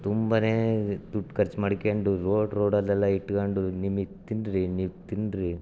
ತುಂಬ ದುಡ್ಡು ಖರ್ಚು ಮಾಡ್ಕಂಡು ರೋಡ್ ರೋಡಲ್ಲೆಲ್ಲ ಇಟ್ಕಂಡು ನಿಮಗೆ ತಿನ್ನಿರಿ ನೀವು ತಿನ್ನಿರಿ